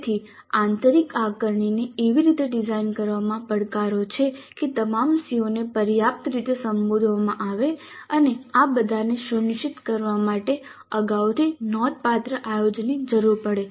તેથી આંતરિક આકારણીને એવી રીતે ડિઝાઇન કરવામાં પડકારો છે કે તમામ CO ને પર્યાપ્ત રીતે સંબોધવામાં આવે અને આ બધાને સુનિશ્ચિત કરવા માટે અગાઉથી નોંધપાત્ર આયોજનની જરૂર પડે